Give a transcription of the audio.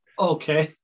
Okay